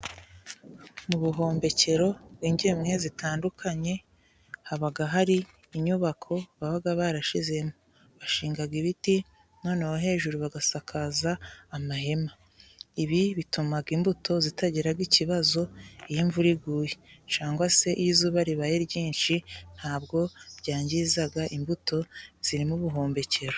Mu buhumbikiro bw'ngemwe zitandukanye, haba hari inyubako baba barashyizemo. Bashinga ibiti noneho hejuru bagasakaza amahema, ibi bituma imbuto zitagira ikibazo iyo imvura iguye. Cyangwa se iyo izuba ribaye ryinshi, ntabwo byangiza imbuto ziri mu buhumbikiro.